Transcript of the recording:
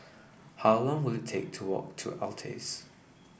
how long will it take to walk to Altez